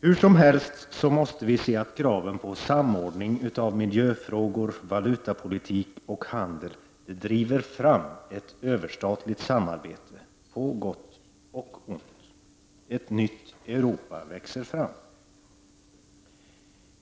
Hur som helst måste vi se att kraven på samordning i miljöfrågor, av valutapolitik och handel driver fram ett överstatligt samarbete på gott och ont. Ett nytt Europa växer fram.